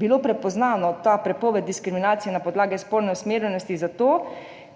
bila prepoznana ta prepoved diskriminacije na podlagi spolne usmerjenosti, zato